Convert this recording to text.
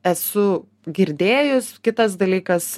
esu girdėjus kitas dalykas